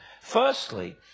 Firstly